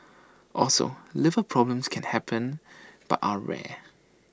also liver problems can happen but are rare